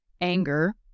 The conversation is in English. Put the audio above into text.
anger